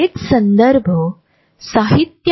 ठीक आहे आपण काय म्हणता